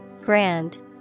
Grand